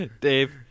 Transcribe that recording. Dave